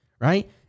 Right